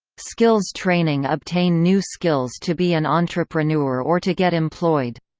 skills training obtain new skills to be an entrepreneur or to get employed.